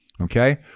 Okay